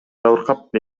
жабыркап